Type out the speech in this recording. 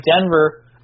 Denver